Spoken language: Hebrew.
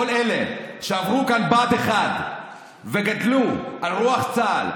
כל אלה שעברו כאן בה"ד 1 וגדלו על רוח צה"ל,